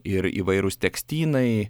ir įvairūs tekstynai